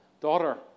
Daughter